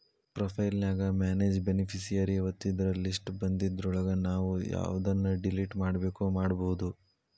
profile ನ್ಯಾಗ manage beneficiary ಒತ್ತಿದ್ರ list ಬನ್ದಿದ್ರೊಳಗ ನಾವು ಯವ್ದನ್ನ ಡಿಲಿಟ್ ಮಾಡ್ಬೆಕೋ ಮಾಡ್ಬೊದು